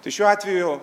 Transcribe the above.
tai šiuo atveju